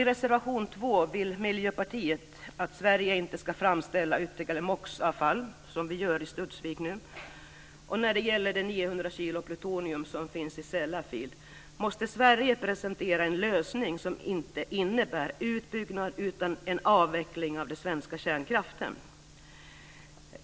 I reservation nr 2 vill Miljöpartiet att Sverige inte ska framställa ytterligare MOX-avfall, som man gör i Studsvik nu, och att när det gäller de 900 kilo plutonium som finns i Sellafield måste Sverige presentera en lösning som inte innebär en utbyggnad utan en avveckling av den svenska kärnkraften.